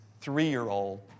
three-year-old